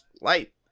light